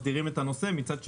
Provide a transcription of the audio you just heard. מסדירים את הנושא ומצד שני,